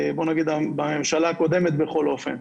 בואו נגיד בממשלה הקודמת בכל אופן,